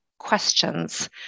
Questions